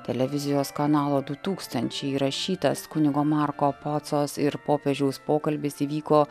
televizijos kanalo du tūkstančiai rašytas kunigo marko pocos ir popiežiaus pokalbis įvyko